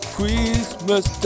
Christmas